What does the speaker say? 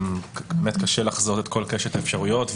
באמת קשה לחזות את כל קשת האפשרויות,